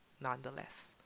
nonetheless